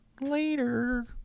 Later